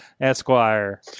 Esquire